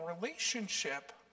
relationship